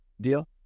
deal